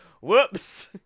Whoops